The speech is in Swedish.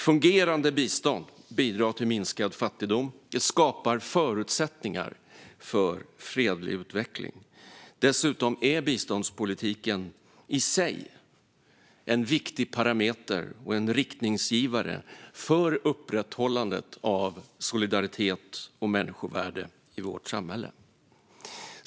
Fungerande bistånd bidrar till minskad fattigdom och skapar förutsättningar för fredlig utveckling. Dessutom är biståndspolitiken i sig en viktig parameter och en riktningsgivare för upprätthållandet av solidaritet och människovärde i vårt samhälle.